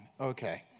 Okay